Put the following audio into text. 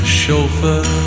chauffeur